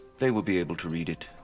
they will be able to read it.